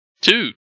Two